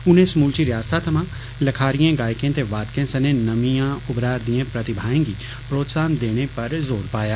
उनें समूलचीरिआसता थमां लखारिएं गायकें ते वादकें सनें नमियां उभाररदियां प्रतिभाएं गी प्रोत्साहन देने पर जोर पाया